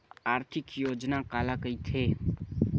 आर्थिक योजना काला कइथे?